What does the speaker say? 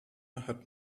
hat